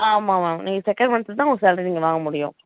ஆமாம் மேம் நீங்கள் செகண்ட் மந்த்துல தான் உங்கள் சாள்ரிய நீங்கள் வாங்க முடியும்